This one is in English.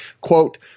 Quote